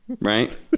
Right